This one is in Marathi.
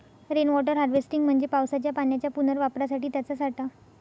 रेन वॉटर हार्वेस्टिंग म्हणजे पावसाच्या पाण्याच्या पुनर्वापरासाठी त्याचा साठा